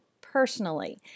personally